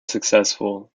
successful